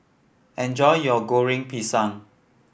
enjoy your Goreng Pisang